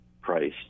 price